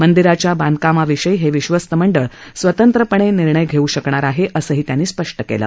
मंदिराच्या बांधकामाविषयी हे विश्वस्त मंडळ स्वतंत्रपणे निर्णय घेऊ शकणार आहे असं त्यांनी स्पष्ट केलं